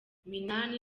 minani